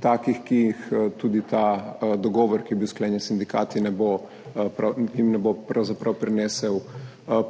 takih, ki jih tudi ta dogovor, ki je bil sklenjen s sindikati, pravzaprav ne bo prinesel